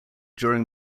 during